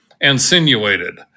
insinuated